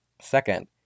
Second